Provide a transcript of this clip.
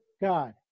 God